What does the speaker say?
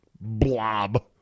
blob